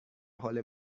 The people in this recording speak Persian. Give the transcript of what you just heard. حال